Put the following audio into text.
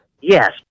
Yes